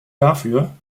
dafür